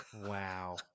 Wow